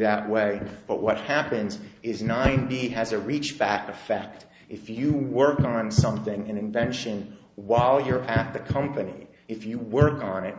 that way but what happens is nine d has a reach back to fact if you work on something in invention while you're at the company if you work on it